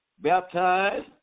baptized